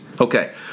Okay